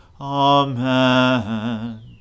Amen